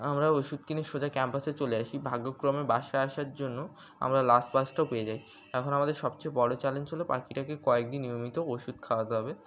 আমরা ওষুধ কিনে সোজা ক্যাম্পাসে চলে আসি ভাগ্যক্রমে বাসায় আসার জন্য আমরা লাস্ট বাসটাও পেয়ে যাই এখন আমাদের সবচেয়ে বড় চ্যালেঞ্জ হল পাখিটাকে কয়েক দিন নিয়মিত ওষুধ খাওয়াতে হবে